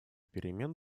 перемен